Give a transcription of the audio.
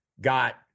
got